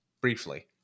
briefly